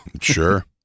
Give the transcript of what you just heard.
Sure